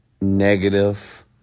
negative